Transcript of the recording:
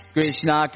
Krishna